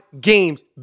games